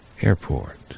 Airport